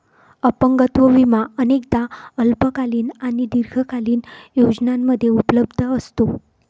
अपंगत्व विमा अनेकदा अल्पकालीन आणि दीर्घकालीन योजनांमध्ये उपलब्ध असतो